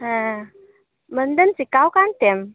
ᱦᱮᱸ ᱢᱮᱱᱫᱟᱹᱧ ᱪᱤᱠᱟᱹᱣᱟᱠᱟᱱᱛᱮᱢ